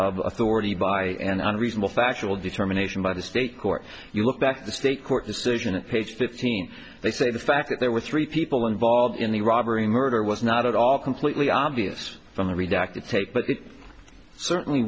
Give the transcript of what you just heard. of authority by an unreasonable factual determination by the state court you look back at the state court decision at page fifteen they say the fact that there were three people involved in the robbery murder was not at all completely obvious from the redacted take but it certainly